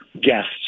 guests